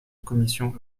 commission